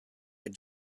had